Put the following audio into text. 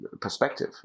perspective